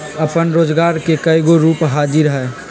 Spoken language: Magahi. अप्पन रोजगार के कयगो रूप हाजिर हइ